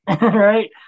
Right